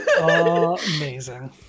Amazing